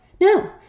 no